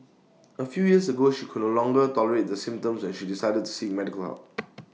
A few years ago she could no longer tolerate the symptoms and she decided to seek medical help